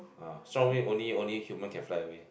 ah strong wind only only human can fly away